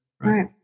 right